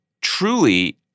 truly